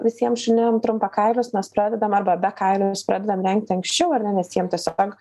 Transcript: visiem šunim trumpakailius mes pradedam arba bekailinius pradedam rengti anksčiau ar ne nes jiem tiesiog